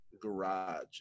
garage